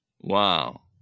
wow